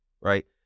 right